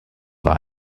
war